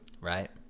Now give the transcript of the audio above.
right